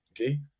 okay